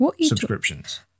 subscriptions